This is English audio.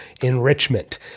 enrichment